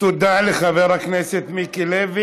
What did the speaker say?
תודה לחבר הכנסת מיקי לוי.